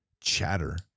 chatter